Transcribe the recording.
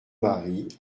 marie